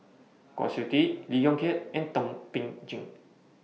Kwa Siew Tee Lee Yong Kiat and Thum Ping Tjin